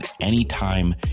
anytime